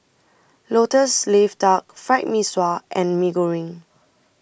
Lotus Leaf Duck Fried Mee Sua and Mee Goreng